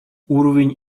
уровень